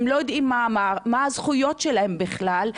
הם לא יודעים מה הזכויות שלהם בכלל.